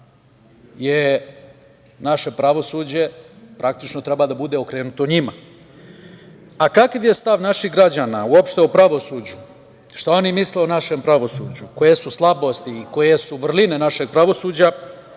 da naše pravosuđe praktično treba da bude okrenuto njima. Kakav je stav naših građana, uopšte u pravosuđu, šta oni misle o našem pravosuđu, koje su slabosti i koje su vrline našeg pravosuđa